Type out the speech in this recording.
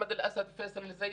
אחמד אל-אסד ופייסל אל-הוזייל,